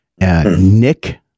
Nick